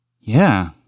Yeah